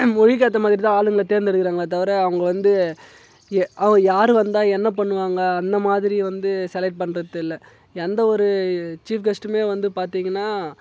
மொழிக்கு ஏற்ற மாதிரிதான் ஆளுங்களை தேர்ந்துடுக்கிறாங்களே தவிர அவங்களை வந்து அவங்க யார் வந்தால் என்ன பண்ணுவாங்க அந்த மாதிரி வந்து செலக்ட் பண்ணுறது இல்லை எந்த ஒரு சீஃப் கெஸ்ட்டுமே வந்து பார்த்திங்கன்னா